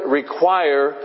require